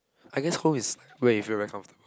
I guess who is where if you arrive from